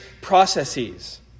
processes